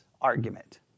argument